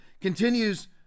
continues